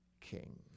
king